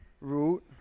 Root